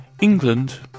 England